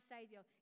Savior